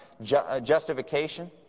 justification